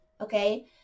okay